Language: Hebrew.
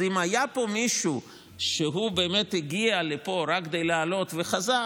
אז אם היה פה מישהו שבאמת הגיע לפה רק כדי לעלות וחזר,